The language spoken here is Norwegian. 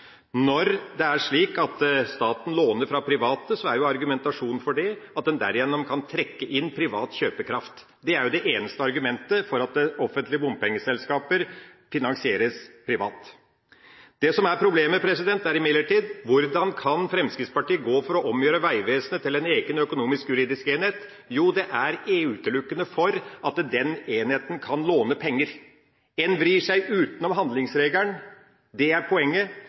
Når det er slik at staten låner fra private, er argumentasjonen for det at en derigjennom kan trekke inn privat kjøpekraft. Det er det eneste argumentet for at offentlige bompengeselskaper finansieres privat. Det som imidlertid er problemet, er: Hvordan kan Fremskrittspartiet gå inn for å omgjøre Vegvesenet til en egen økonomisk-juridisk enhet? Jo, det er utelukkende fordi den enheten kan låne penger. En vrir seg utenom handlingsregelen. Det er poenget.